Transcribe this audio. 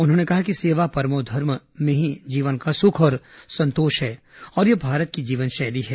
उन्होंने कहा कि सेवा परमो धर्मः में ही जीवन का सुख और संतोष है और ये भारत की जीवन शैली है